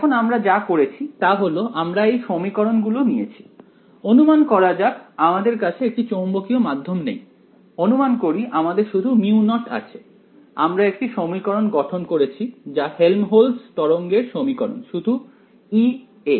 এখন আমরা যা করেছি তা হল আমরা এই সমীকরণ গুলো নিয়েছি অনুমান করা যাক আমাদের কাছে একটি চৌম্বকীয় মাধ্যম নেই অনুমান করি আমাদের শুধু মিঁউ নট আছে আমরা একটি সমীকরণ গঠন করেছি যা হেল্মহোল্টজ তরঙ্গের সমীকরণ শুধু এ